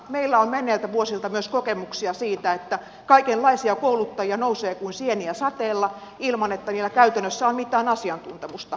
meillä on menneiltä vuosilta myös kokemuksia siitä että kaikenlaisia kouluttajia nousee kuin sieniä sateella ilman että heillä käytännössä on mitään asiantuntemusta